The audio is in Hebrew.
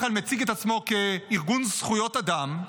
כלל מציג את עצמו כארגון זכויות אדם,